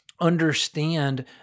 understand